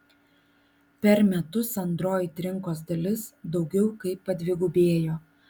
per metus android rinkos dalis daugiau kaip padvigubėjo